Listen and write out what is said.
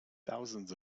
thousands